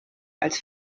als